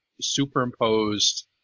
superimposed